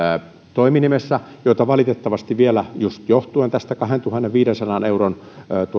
toiminimessä joita valitettavasti vielä johtuen just tästä kahdentuhannenviidensadan euron